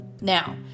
now